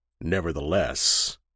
nevertheless